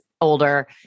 older